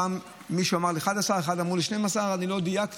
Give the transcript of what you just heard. פעם מישהו אמר לי 11 ופעם אמרו לי 12. לא דייקתי,